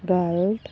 ਗਲਤ